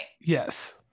yes